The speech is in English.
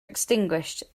extinguished